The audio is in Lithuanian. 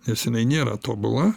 nes jinai nėra tobula